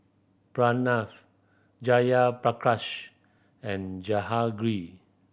Pranav Jayaprakash and Jehangirr